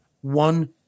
One